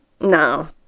No